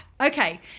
Okay